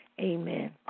Amen